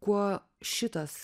kuo šitas